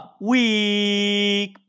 week